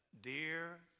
Dear